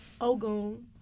Ogun